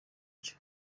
cyo